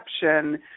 perception